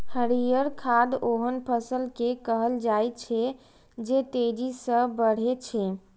हरियर खाद ओहन फसल कें कहल जाइ छै, जे तेजी सं बढ़ै छै